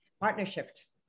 partnerships